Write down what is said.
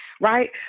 Right